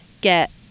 get